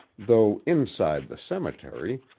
though inside the cemetery,